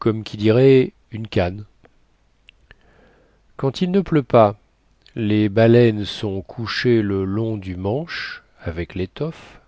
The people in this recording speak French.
comme qui dirait une canne quand il ne pleut pas les baleines sont couchées le long du manche avec létoffe